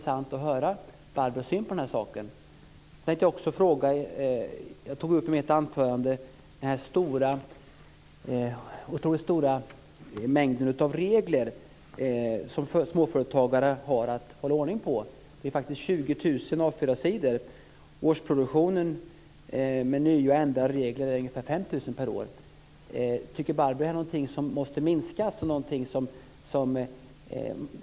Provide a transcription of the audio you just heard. Jag tänkte också ställa en annan fråga. I mitt anförande tog jag upp den otroligt stora mängd regler som småföretagare har att hålla ordning på. Det rör sin om 20 000 A 4-sidor. Årsproduktionen av nya ändrade regler är ungefär 5 000 per år. Tycker Barbro Andersson Öhrn att detta är någonting som måste minskas?